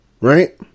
Right